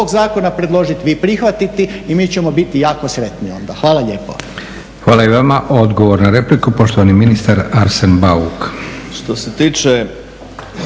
Hvala i vama. Odgovor na repliku, poštovani ministar Arsen Bauk.